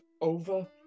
over